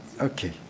Okay